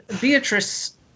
Beatrice